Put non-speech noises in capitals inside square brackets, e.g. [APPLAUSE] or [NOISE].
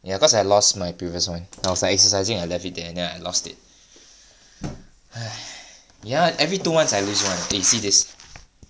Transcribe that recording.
ya cause I lost my previous [one] then I was exercising I left it there then I lost it [BREATH] ya every two months I lose one eh see this